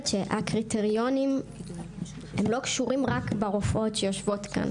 הקריטריונים לא קשורים רק ברופאות שיושבות כאן.